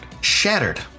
shattered